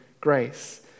grace